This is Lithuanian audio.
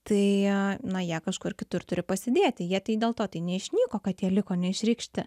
tai na jie kažkur kitur turi pasidėti jie tai dėl to tai neišnyko kad jie liko neišreikšti